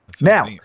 now